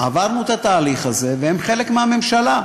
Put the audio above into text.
עברנו את התהליך הזה, והם חלק מהממשלה,